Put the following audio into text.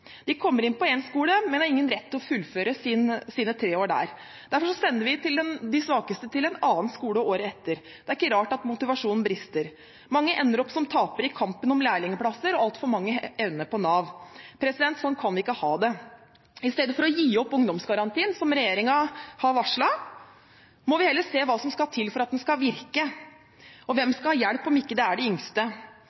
De kommer inn på en skole, men har ingen rett til å fullføre sine tre år der. Derfor sender vi de svakeste til en annen skole året etter. Det er ikke rart at motivasjonen brister. Mange ender opp som tapere i kampen om lærlingplasser, og altfor mange ender hos Nav. Sånn kan vi ikke ha det. Istedenfor å gi opp ungdomsgarantien, som regjeringen har varslet, må vi heller se på hva som skal til for at den skal virke. Hvem